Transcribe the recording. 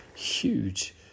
huge